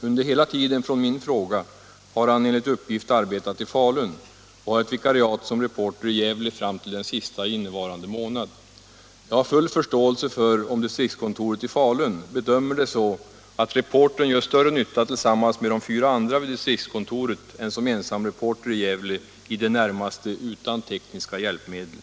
Under hela tiden sedan min fråga ställdes har han enligt uppgift arbetat i Falun och har ett vikariat som reporter i Gävle fram till den sista i innevarande månad. Jag har full förståelse för om distriktskontoret i Falun bedömer det så att reportern gör större nytta tillsammans med de fyra andra vid distriktskontoret än som ensamreporter i Gävle i det närmaste utan tekniska hjälpmedel.